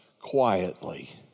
quietly